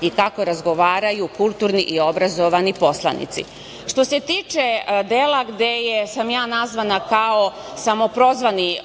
i kako razgovaraju kulturni i obrazovani poslanici. Što se tiče dela gde sam ja nazvana kao samoprozvani